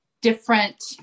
different